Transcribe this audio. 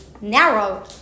narrow